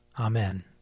Amen